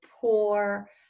poor